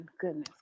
Goodness